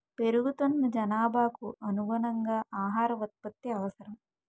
పెరుగుతున్న జనాభాకు అనుగుణంగా ఆహార ఉత్పత్తి అవసరం